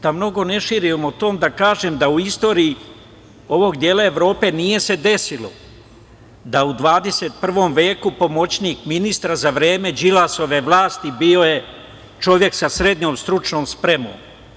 Da mnogo ne širim o tome, da kažem da u istoriji ovog dela Evrope nije se desilo da u 21. veku pomoćnik ministra za vreme Đilasove vlasti je bio čovek sa srednjom stručnom spremom.